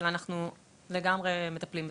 אבל אנחנו לגמרי מטפלים בזה.